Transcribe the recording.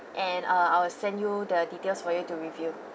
and uh I will send you the details for you to review